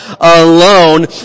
alone